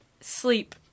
sleep